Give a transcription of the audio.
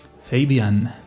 Fabian